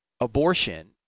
abortion